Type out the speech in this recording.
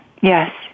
Yes